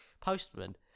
Postman